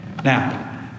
Now